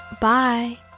Bye